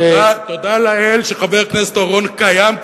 תודה לאל שחבר הכנסת אורון קיים,